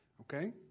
Okay